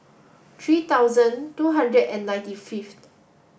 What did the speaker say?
three thousand two hundred and ninety fifth